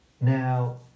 Now